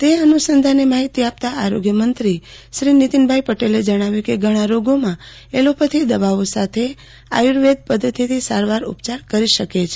તે અનુ સંધાને માહિતી આપતા આરોગ્ય મં ત્રીશ્રી નીતિનભાઇ પટેલે જણાવ્યું હતું કે ઘણા રોગોમાં એલોપેથી દવાઓ સાથે આયુ ર્વેદ પધ્ધતિથી ઉપયાર કરી શકે છે